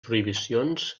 prohibicions